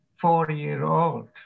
four-year-old